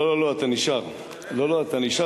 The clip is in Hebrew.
אני צריך, לא, לא, אתה נשאר.